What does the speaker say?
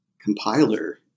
compiler